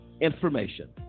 information